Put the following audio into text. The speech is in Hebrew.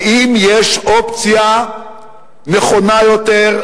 האם יש אופציה נכונה יותר,